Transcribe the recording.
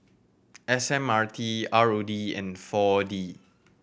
S M R T R O D and Four D